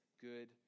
good